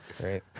Great